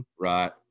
Right